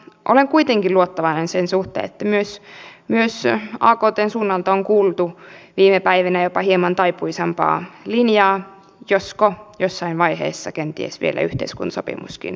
olen kuitenkin luottavainen sen suhteen myös aktn suunnalta on kuultu viime päivinä jopa hieman taipuisampaa linjaa josko jossain vaiheessa kenties vielä yhteiskuntasopimuskin syntyisi